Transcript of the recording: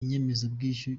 inyemezabwishyu